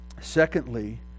Secondly